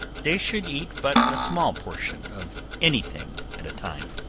they should eat but a small portion of any thing at a time.